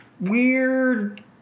weird